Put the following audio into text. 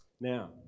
Now